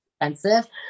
expensive